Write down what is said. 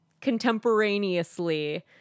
contemporaneously